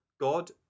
God